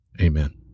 Amen